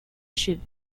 cheveux